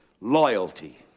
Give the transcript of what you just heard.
loyalty